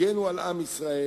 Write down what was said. הגנו על עם ישראל